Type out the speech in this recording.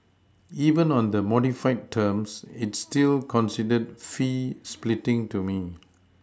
even on the modified terms it's still considered fee splitting to me